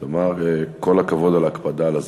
תמר, כל הכבוד על הקפדה על הזמן.